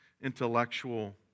intellectual